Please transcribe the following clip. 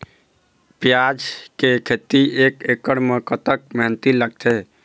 प्याज के खेती एक एकड़ म कतक मेहनती लागथे?